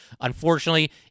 Unfortunately